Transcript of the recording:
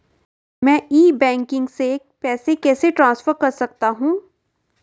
मैं e banking से पैसे कैसे ट्रांसफर कर सकता हूं?